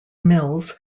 mills